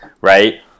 right